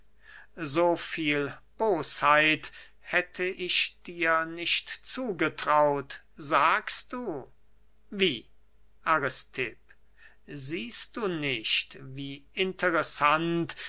so viel bosheit hätte ich dir nicht zugetraut sagst du wie aristipp siehst du nicht wie interessant